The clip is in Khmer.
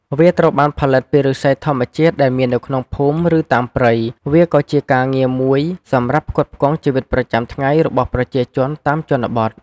វាត្រូវបានផលិតពីឫស្សីធម្មជាតិដែលមាននៅក្នុងភូមិ ឬតាមព្រៃ វាក៏ជាការងារមួយសម្រាប់ផ្គត់ផ្គង់ជីវិតប្រចាំថ្ងៃរបស់ប្រជាជនតាមជនបទ។